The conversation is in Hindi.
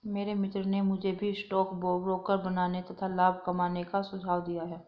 मेरे मित्र ने मुझे भी स्टॉक ब्रोकर बनने तथा लाभ कमाने का सुझाव दिया